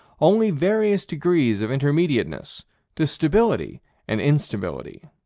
only various degrees of intermediateness to stability and instability.